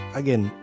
again